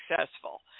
successful